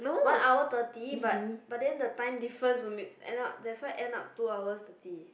one hour thirty but but then the time different so end up this one end up two hours thirty